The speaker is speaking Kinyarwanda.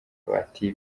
bati